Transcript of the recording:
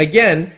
Again